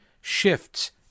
shifts